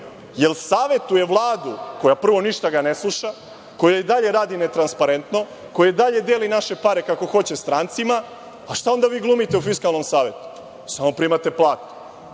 jer savetuje Vladu, koja ga prvo ništa ne sluša, koja i dalje radi netransparentno, koja i dalje deli naše pare kako hoće strancima. Šta onda vi glumite u Fiskalnom savetu? Samo primate platu.